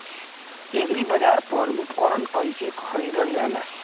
एग्रीबाजार पर उपकरण कइसे खरीदल जाला?